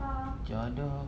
macam ada